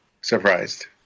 surprised